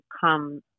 come